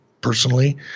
personally